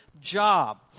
job